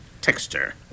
texture